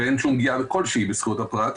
ואין שום כלשהי בזכויות הפרט,